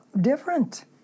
different